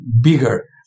bigger